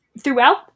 throughout